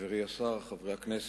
חברי השר, חברי הכנסת,